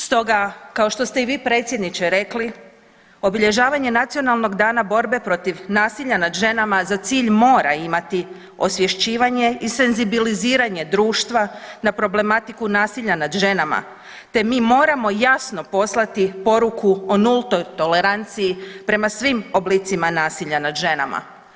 Stoga kao što ste i vi predsjedniče rekli obilježavanje Nacionalnog dana borbe protiv nasilja nad ženama za cilj mora imati osvješćivanje i senzibiliziranje društva na problematiku nasilja nad ženama, te mi moramo jasno poslati poruku o nultoj toleranciji prema svim oblicima nasilja nad ženama.